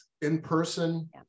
in-person